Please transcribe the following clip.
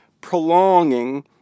prolonging